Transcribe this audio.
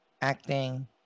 acting